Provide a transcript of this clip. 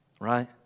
right